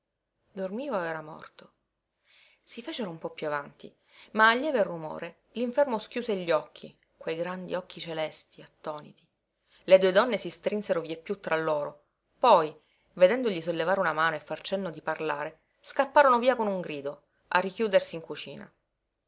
era morto si fecero un po piú avanti ma al lieve rumore l'infermo schiuse gli occhi quei grandi occhi celesti attoniti le due donne si strinsero vieppiù tra loro poi vedendogli sollevare una mano e far cenno di parlare scapparono via con un grido a richiudersi in cucina